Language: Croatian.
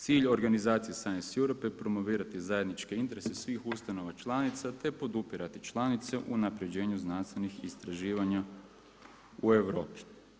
Cilj organizacije Sience Europe je promovirati zajedničke interese svih ustanova članica, te podupirati članice u unaprijeđenu znanstvenih istraživanja u Europi.